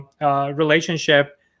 Relationship